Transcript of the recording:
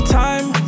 time